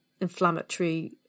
inflammatory